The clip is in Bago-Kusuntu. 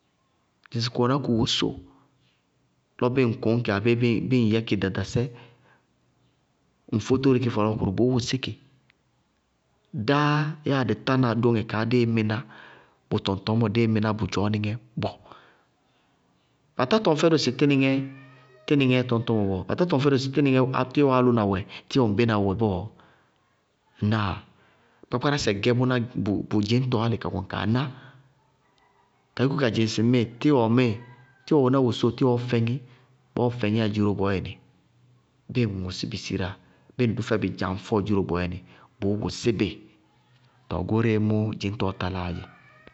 Dzɩŋ sɩ kʋ wɛná kʋ wosóo lɔ bíɩ ŋ kʋñ kɩ abéé bíɩ ŋ yɛkɩ ɖaɖasɛ, ŋ fóróri kí fɔlɔɔkʋrʋ, bʋʋ wʋsí kɩ. Dá yáa dɩ tána dóŋɛ kaá díí mɩná bʋ dzɔɔnɩŋɛ bɔɔ. Ba tá tɔŋ fɛdʋ sɩ tínɩŋɛɛ tɔñ tɔmɔ bɔɔ? Ba tá tɔŋ fɛdʋ sɩ tínɩŋɛ tínɩŋɛ tíwɔ álʋna wɛ tíwɔ ŋbéna wɛ bɔɔ? Ŋnáa? Kpákpárásɛ gɛ bʋná bʋ dzɩñtɔ álɩ ka kɔnɩ kaa ná ka yúkú ka dzɩŋ sɩ tíwɔ ŋmíɩ, tíwɔ wɛná wosóo, tíwɔɔ fɛŋí. Bɔɔɔ fɛŋíyá doró bɔɔyɛnɩ, bíɩ ŋ ŋʋsí bɩ sirá, bíɩ ŋ dʋ fɛbɩ dzaŋfɔɔ dziró bɔɔyɛnɩ, bʋʋ wʋsí bɩ. Tɔɔ goóreé mʋ dzɩñtɔɔ taláa dzɛ.